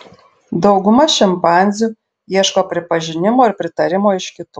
dauguma šimpanzių ieško pripažinimo ir pritarimo iš kitų